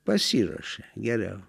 pasiruošė geriau